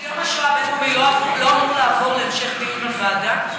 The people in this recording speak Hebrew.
על יום השואה הבין-לאומי לא אמור לעבור להמשך דיון בוועדה?